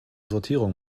sortierung